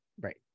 Right